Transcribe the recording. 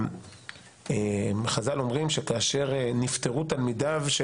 חז"ל אומרים שכאשר נפטרו תלמידיו,